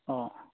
অঁ